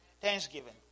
thanksgiving